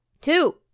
two